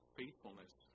faithfulness